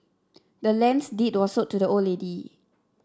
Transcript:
the land's deed was sold to the old lady